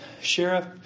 Sheriff